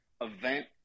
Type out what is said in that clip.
event